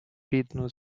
рідну